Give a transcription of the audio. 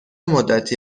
مدتی